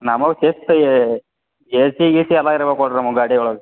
ನಮಗೆ ಏಸಿ ಗೀಸಿ ಎಲ್ಲ ಇರ್ಬೇಕು ನೋಡಿರಿ ನಮಗೆ ಗಾಡಿ ಒಳಗೆ